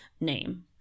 name